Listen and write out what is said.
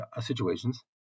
situations